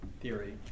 theory